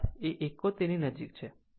07 એ 71 ની નજીક છે